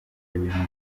ibintu